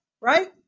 right